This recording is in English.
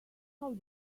how